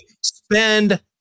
spend